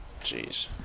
jeez